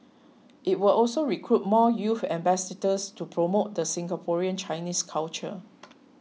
it will also recruit more youth ambassadors to promote the Singaporean Chinese culture